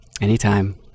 anytime